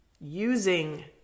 using